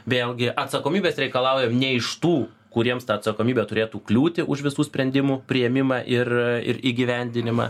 vėlgi atsakomybės reikalaujam ne iš tų kuriems ta atsakomybė turėtų kliūti už visų sprendimų priėmimą ir ir įgyvendinimą